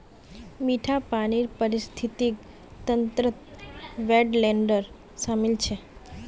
मीठा पानीर पारिस्थितिक तंत्रत वेट्लैन्ड शामिल छ